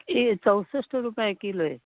हे चौसष्ट रुपये किलो आहे